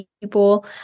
people